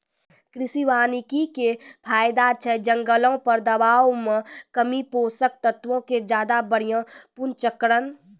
कृषि वानिकी के फायदा छै जंगलो पर दबाब मे कमी, पोषक तत्वो के ज्यादा बढ़िया पुनर्चक्रण